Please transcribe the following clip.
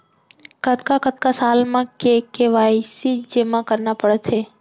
कतका कतका साल म के के.वाई.सी जेमा करना पड़थे?